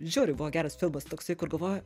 žiauriai buvo geras filmas toksai kur galvoji